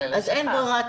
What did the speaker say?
אז אין ברירה,